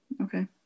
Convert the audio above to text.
Okay